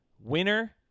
Winner